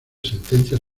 sentencias